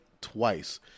twice